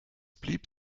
blieb